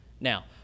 Now